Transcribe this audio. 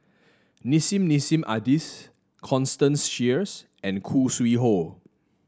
Nissim Nassim Adis Constance Sheares and Khoo Sui Hoe